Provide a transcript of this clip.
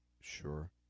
sure